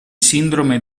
sindrome